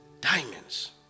diamonds